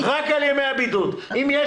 "דין דמי בידוד ותקופת בידוד,